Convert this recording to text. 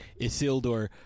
Isildur